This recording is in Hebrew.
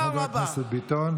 תודה רבה לחבר הכנסת ביטון.